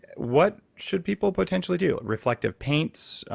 what should people potentially do? reflective paints,